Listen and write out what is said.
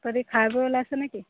তহঁতি খাই বৈ ওলাইছ নে কি